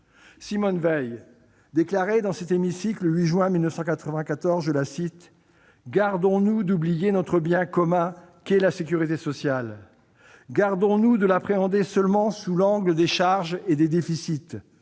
en ces termes dans notre hémicycle, le 8 juin 1994 :« Gardons-nous d'oublier notre bien commun qu'est la sécurité sociale ! Gardons-nous de l'appréhender seulement sous l'angle des charges et des déficits !